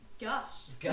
Gus